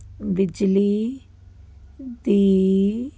ਬਿਜਲੀ ਦੀ